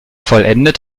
vollendet